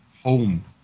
home